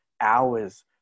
hours